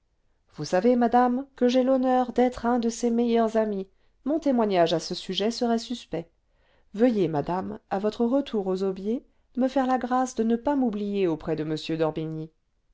vous savez madame que j'ai l'honneur d'être un de ses meilleurs amis mon témoignage à ce sujet serait suspect veuillez madame à votre retour aux aubiers me faire la grâce de ne pas m'oublier auprès de